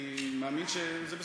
אני מאמין שזה בסדר.